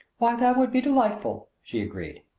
why, that would be delightful, she agreed.